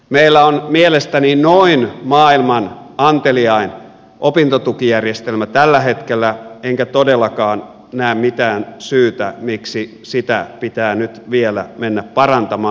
meillä on mielestäni noin maailman anteliain opintotukijärjestelmä tällä hetkellä enkä todellakaan näe mitään syytä miksi sitä pitää nyt vielä mennä parantamaan